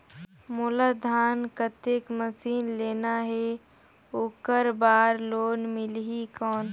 मोला धान कतेक मशीन लेना हे ओकर बार लोन मिलही कौन?